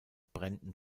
bränden